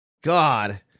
god